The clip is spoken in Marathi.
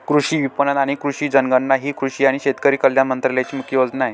कृषी विपणन आणि कृषी जनगणना ही कृषी आणि शेतकरी कल्याण मंत्रालयाची मुख्य योजना आहे